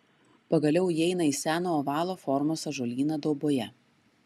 pagaliau įeina į seną ovalo formos ąžuolyną dauboje